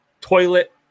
Toilet